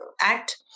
act